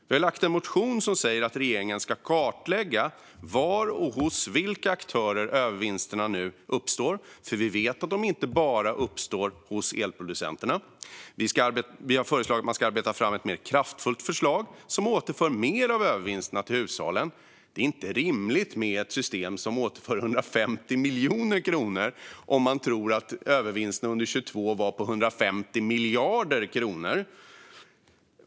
Vi har lagt fram en motion som säger att regeringen bör kartlägga var och hos vilka aktörer övervinsterna nu uppstår, för vi vet att de inte bara uppstår hos elproducenterna. Vi har föreslagit att man ska arbeta fram ett mer kraftfullt förslag som återför mer av övervinsterna till hushållen. Det är inte rimligt med ett system som återför 150 miljoner kronor om man tror att övervinsterna under 2022 var på 150 miljarder kronor.